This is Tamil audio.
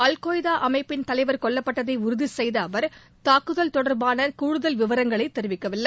அல்கொய்தா அமைப்பின் தலைவர் கொல்லப்பட்டதை உறுதி செய்த அவர் தாக்குதல் தொடர்பான கூடுதல் விபரங்களை தெரிவிக்கவில்லை